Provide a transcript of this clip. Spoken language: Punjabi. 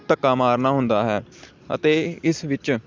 ਧੱਕਾ ਮਾਰਨਾ ਹੁੰਦਾ ਹੈ ਅਤੇ ਇਸ ਵਿੱਚ